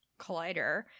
Collider